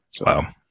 Wow